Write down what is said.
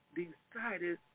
decided